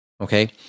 Okay